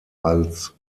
als